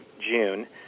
June